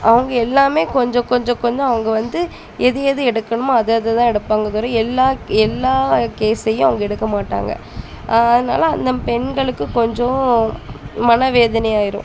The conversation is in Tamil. அவங்க எல்லாமே கொஞ்சம் கொஞ்சம் கொஞ்சம் அவங்க வந்து எது எது எடுக்கணுமோ அது அதை தான் எடுப்பாங்களே தவிர எல்லா எல்லா கேஸையும் அவங்க எடுக்க மாட்டாங்கள் அதனால் அந்த பெண்களுக்கு கொஞ்சம் மன வேதனை ஆயிடும்